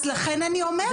אז לכן אני אומרת,